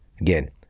Again